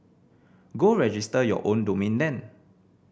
go register your own domain then